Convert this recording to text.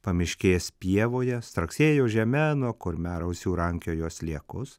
pamiškės pievoje straksėjo žeme nuo kurmiarausių rankiojo sliekus